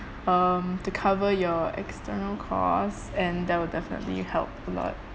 um to cover your external costs and that will definitely help a lot